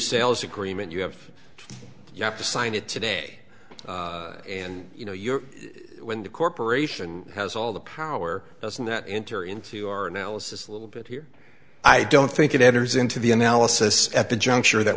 sales agreement you have you have to sign it today and you know you're when the corporation has all the power doesn't that enter into your analysis a little bit here i don't think it enters into the analysis at the juncture that